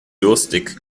durstig